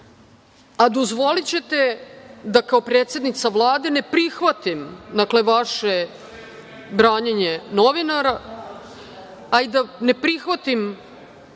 tome. Dozvolićete da kao predsednica Vlade ne prihvatim vaše branjenje novinara, a i da ne prihvatim